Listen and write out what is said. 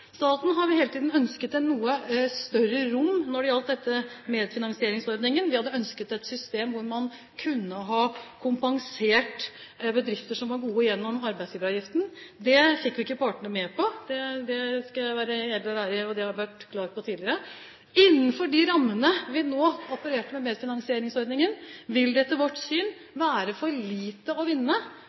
Staten har hele tiden ønsket et noe større rom med hensyn til medfinansieringsordningen. Vi hadde ønsket et system der man gjennom arbeidsgiveravgiften kunne ha kompensert bedrifter som var gode. Det fikk vi ikke partene med på. Det har jeg vært klar på tidligere. Innenfor de rammene vi nå opererer med i medfinansieringsordningen, vil det etter vårt syn være for lite å vinne